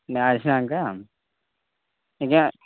నేను వచ్చినాకా ఇంకా